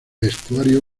vestuario